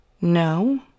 no